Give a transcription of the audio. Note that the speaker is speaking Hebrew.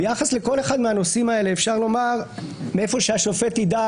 ביחס לכל אחד מהנושאים האלה אפשר לומר מאיפה שהשופט יידע